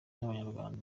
n’abanyarwanda